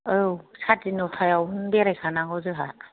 औ सादिन'थायावनो बेरायखानांगौ जोंहा